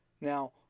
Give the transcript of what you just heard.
Now